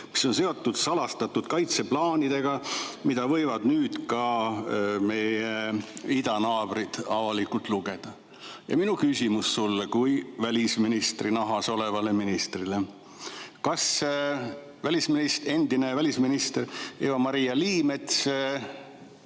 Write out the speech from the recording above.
mis on seotud salastatud kaitseplaanidega, mida võivad nüüd ka meie idanaabrid avalikult lugeda. Minu küsimus sulle kui välisministri nahas olevale ministrile: kas endine välisminister Eva-Maria Liimets